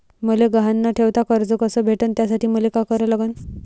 मले गहान न ठेवता कर्ज कस भेटन त्यासाठी मले का करा लागन?